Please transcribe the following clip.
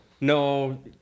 no